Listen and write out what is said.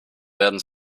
werden